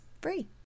free